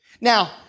Now